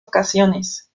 ocasiones